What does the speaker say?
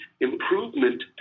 improvement